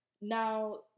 Now